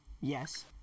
Yes